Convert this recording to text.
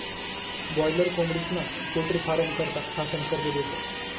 boiler कोंबडीस्ना poultry फारमं करता शासन कर्ज देस